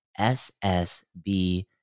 SSB